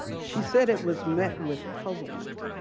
she said it was met with puzzlement,